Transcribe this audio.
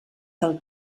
del